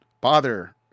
bother